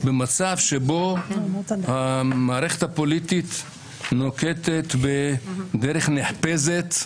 במצב שבו המערכת הפוליטית נוקטת בדרך נחפזת,